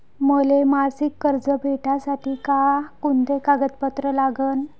मले मासिक कर्ज भेटासाठी का कुंते कागदपत्र लागन?